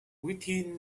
within